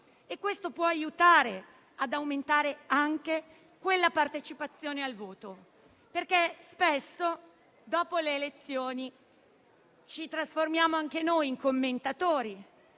Questo può aiutare ad aumentare anche la partecipazione al voto, perché spesso, dopo le elezioni, ci trasformiamo anche noi in commentatori